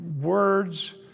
words